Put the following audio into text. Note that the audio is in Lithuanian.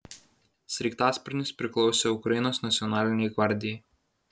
sraigtasparnis priklausė ukrainos nacionalinei gvardijai